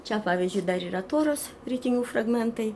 čia pavyzdžiui dar yra toros ritinių fragmentai